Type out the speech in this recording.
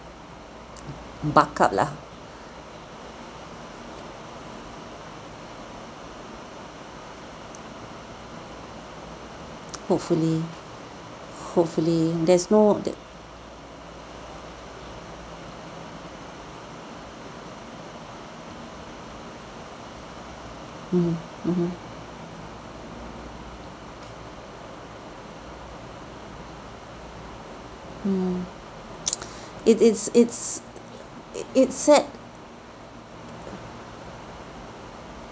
buck up lah hopefully hopefully there's no th~ mm mmhmm mm it is it's it's sad